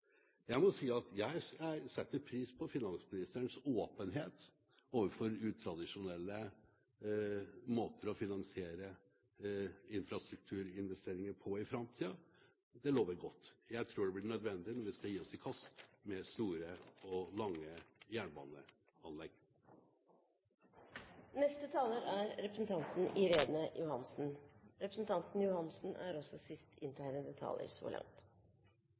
Jeg setter pris på finansministerens åpenhet overfor utradisjonelle måter å finansiere infrastrukturinvesteringer på i framtida. Det lover godt. Jeg tror det blir nødvendig når vi skal gi oss i kast med store og lange jernbaneanlegg. Bare noen korte merknader. Opposisjonen sier at OPS er